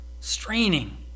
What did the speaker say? straining